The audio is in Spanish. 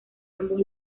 ambos